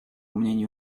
мнению